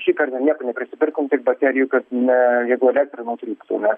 šį kartą nieko neprisipirkom tik baterijų kad na jeigu elektra nutruktų nes